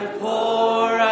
pour